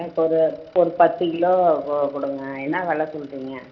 எனக்கு ஒரு ஒரு பத்து கிலோ பூவை கொடுங்க என்ன வெலை சொல்லுறிங்க